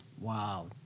Wow